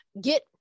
get